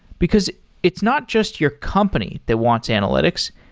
because it's not just your company that wants analytics.